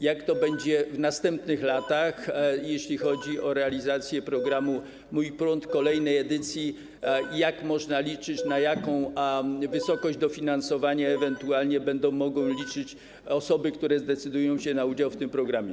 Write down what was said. Jak to będzie w następnych latach, jeśli chodzi o realizację programu „Mój prąd” kolejnej edycji, i na jaką wysokość dofinansowania ewentualnie będą mogły liczyć osoby, które zdecydują się na udział w tym programie?